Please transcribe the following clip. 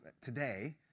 today